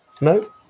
No